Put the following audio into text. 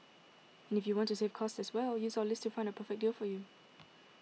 and if you want to save cost as well use our list to find a perfect deal for you